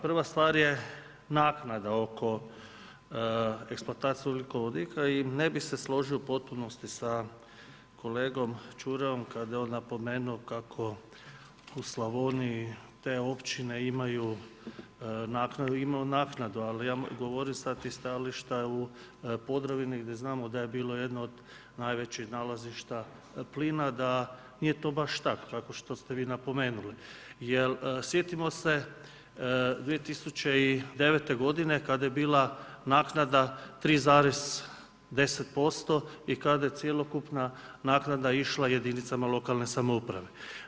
Prva stvar je naknada oko eksploatacije ugljikovodika i ne bi složio u potpunosti sa kolegom Čurajom kada je on napomenuo kako u Slavoniji te općine imaju naknadu ali ja govorim sad iz stajališta u Podravini gdje znamo da je bilo jedno od najvećih nalazišta plina, da nije to baš tako kao što što ste vi napomenuli jer sjetilo se 2009. kada je bila naknada 3,10% i kada je cjelokupna naknada išla jedinicama lokalne samouprave.